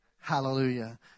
Hallelujah